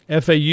FAU